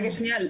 שניה.